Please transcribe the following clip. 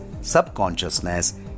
subconsciousness